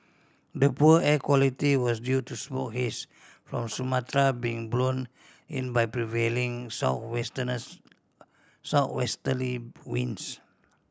the poor air quality was due to smoke haze from Sumatra being blown in by prevailing southwesterly winds